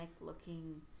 looking